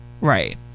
Right